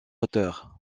auteur